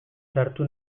sartu